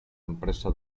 empresa